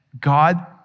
God